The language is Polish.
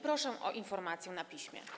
Proszę o informację na piśmie.